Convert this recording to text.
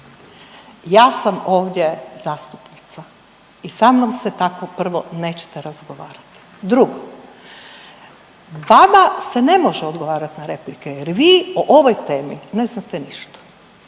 Ja sam ovdje zastupnica i sa mnom se tako prvo nećete razgovarati. Drugo, vama se ne može odgovarati na replike jer vi o ovoj temi ne znate ništa.